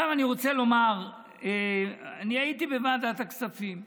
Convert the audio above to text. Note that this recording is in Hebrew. עכשיו אני רוצה לומר: אני הייתי בוועדת הכספים וראיתי,